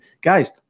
Guys